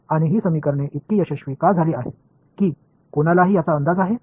आणि ही समीकरणे इतकी यशस्वी का झाली आहेत की कोणालाही याचा अंदाज आहे